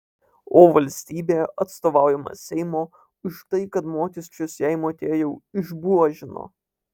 o valstybė atstovaujama seimo už tai kad mokesčius jai mokėjau išbuožino